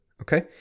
Okay